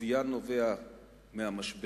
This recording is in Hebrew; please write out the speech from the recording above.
עוביה נובע מהמשבר,